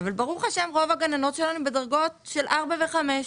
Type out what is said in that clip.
אבל ברוך השם רוב הגננות שלנו בדרגות של 4 ו-5.